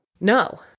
No